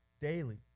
daily